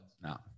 No